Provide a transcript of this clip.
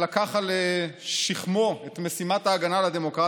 שלקח על שכמו את משימת ההגנה על הדמוקרטיה: